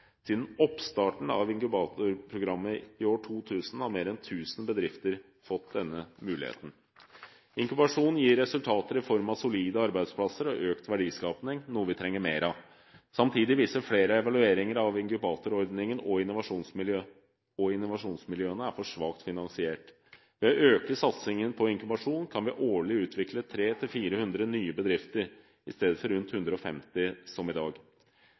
Siden oppstarten av inkubatorprogrammet i 2000 har mer en 1 000 bedrifter fått denne muligheten. Inkubasjon gir resultater i form av solide arbeidsplasser og økt verdiskaping, noe vi trenger mer av. Samtidig viser flere evalueringer av inkubatorordningen at innovasjonsmiljøene er for svakt finansiert. Ved å øke satsingen på inkubasjon kan vi årlig utvikle 300–400 nye bedrifter, i stedet for rundt 150, som i dag.